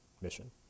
mission